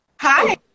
Hi